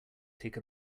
take